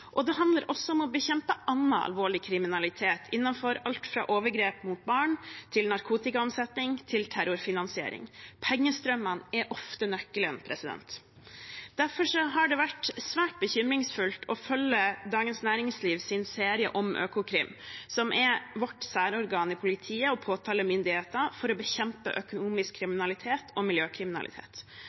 Det handler også om å bekjempe annen alvorlig kriminalitet innenfor alt fra overgrep mot barn til narkotikaomsetning og terrorfinansiering – pengestrømmene er ofte nøkkelen. Derfor har det vært svært bekymringsfullt å følge Dagens Næringslivs serie om Økokrim, som er vårt særorgan i politiet og påtalemyndigheten for å bekjempe økonomisk kriminalitet og miljøkriminalitet.